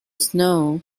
snow